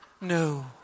No